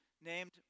named